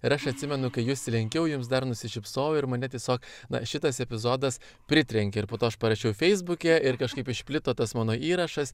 ir aš atsimenu kai jus lenkiau jums dar nusišypsojau ir mane tiesiog na šitas epizodas pritrenkė ir po to aš parašiau feisbuke ir kažkaip išplito tas mano įrašas